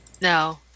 No